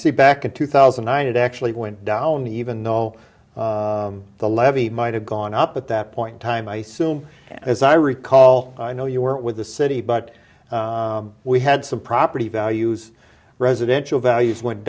see back in two thousand and nine it actually went down even though the levy might have gone up at that point time i soon as i recall i know you were with the city but we had some property values residential values went